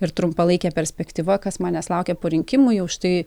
ir trumpalaikė perspektyva kas manęs laukia po rinkimų jau šitai